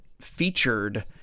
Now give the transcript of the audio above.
featured